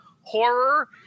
Horror